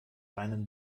einem